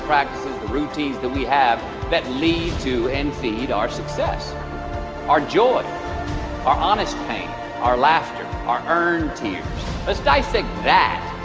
practices, the routines that we have that lead to and feed our success our joy our honest pain our laughter our earned tears let's dissect that,